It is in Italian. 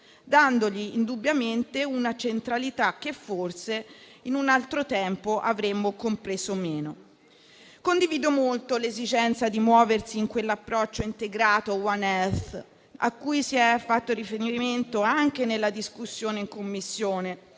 dando loro indubbiamente una centralità che forse in un altro tempo avremmo compreso meno. Condivido molto l'esigenza di muoversi in quell'approccio integrato *One Health* a cui si è fatto riferimento anche nella discussione in Commissione